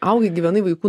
augai gyvenai vaikų